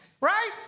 Right